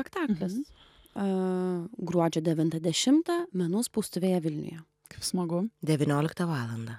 spektaklis a gruodžio devintą dešimtą menų spaustuvėje vilniuje kaip smagu devynioliktą valandą